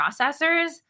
processors